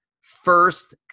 first